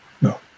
no